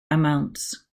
amounts